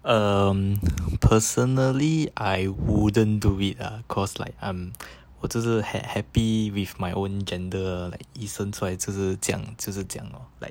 um personally I wouldn't do it uh cause like I'm 我就是 ha～ happy with my own gender ah like 一生出来就是这样就是这样 lor like